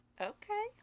Okay